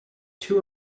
two